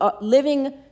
living